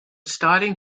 starting